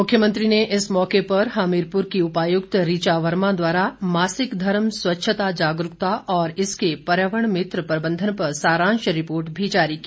मुख्यमंत्री ने इस मौके पर हमीरपुर की उपायुक्त ऋचा वर्मा द्वारा मासिक धर्म स्वच्छता जागरूकता और इसके पर्यावरण मित्र प्रबंधन पर सारांश रिपोर्ट भी जारी की